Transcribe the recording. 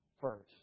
first